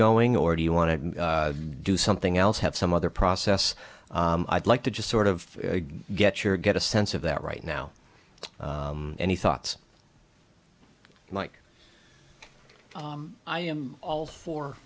going or do you want to do something else have some other process i'd like to just sort of get your get a sense of that right now any thoughts like i am all for